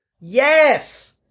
yes